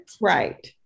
Right